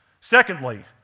Secondly